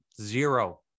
zero